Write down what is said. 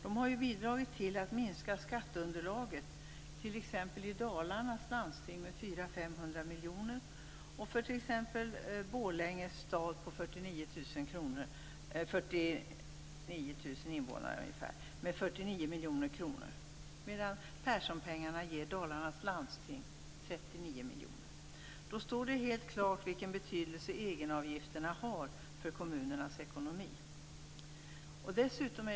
De har bidragit till att minska skatteunderlaget med 400-500 miljoner i Dalarnas landsting, t.ex. Borlänge stad har ungefär 49 000 invånare, och skatteunderlaget har minskat med 49 miljoner kronor. Perssonpengarna ger Dalarnas landsting 39 miljoner. Det står helt klart vilken betydelse egenavgifterna har för kommunernas ekonomi.